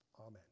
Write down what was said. Amen